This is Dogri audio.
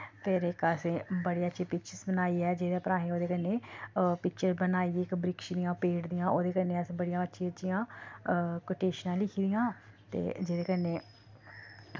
फिर इक असें बड़ी अच्छी पिक्चर्स बनाई ऐ जेह्दे पर असें ओह्दे कन्नै पिक्चर बनाई दी इक बृक्ष दियां पेड़ दियां ओह्दे कन्नै असैं बड़ियां अच्छियां अच्छियां कोटेश्नां लिखी दियां ते जेह्दे कन्नै